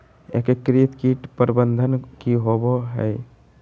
एकीकृत कीट प्रबंधन की होवय हैय?